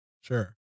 Sure